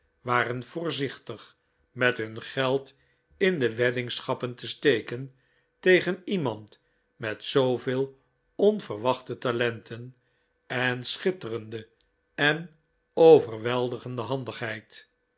waren voorzichtig met hun geld in de weddingschappen te steken tegen iemand met zooveel onverwachte talenten en schitterende en overweldigende handigheid